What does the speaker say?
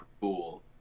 cool